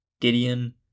Gideon